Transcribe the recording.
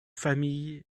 famille